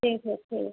ठीक है फिर